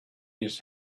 his